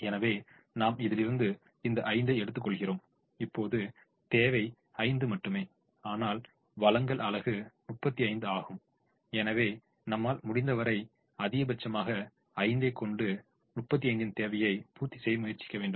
எனவே நாம் இதிலிருந்து இந்த 5 ஐ எடுத்துக்கொள்கிறோம் இப்போது தேவை 5 மட்டுமே ஆனால் வழங்கல் அலகு 35 ஆகும் எனவே நம்மால் முடிந்தவரை அதிகபட்சமாக 5 கொண்டு 35 ன் தேவையை பூர்த்தி செய்ய முயற்சிக்க வேண்டும்